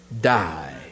die